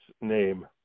name